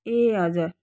ए हजुर